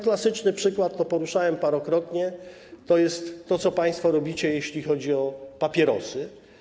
Klasyczny przykład - poruszałem to parokrotnie - to jest to, co państwo robicie, jeśli chodzi o papierosy.